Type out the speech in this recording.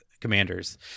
Commanders